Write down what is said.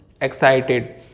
excited